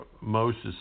Moses